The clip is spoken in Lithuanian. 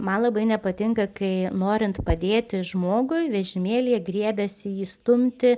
man labai nepatinka kai norint padėti žmogui vežimėlyje griebiasi jį stumti